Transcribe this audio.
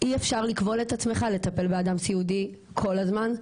אי אפשר לכבול את עצמך לטפל באדם סיעודי כל הזמן.